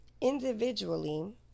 Individually